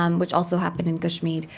um which also happened in kashmir.